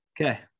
okay